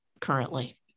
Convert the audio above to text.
currently